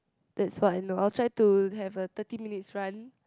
that's what I know I'll try to have a thirty minutes run